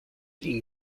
ihm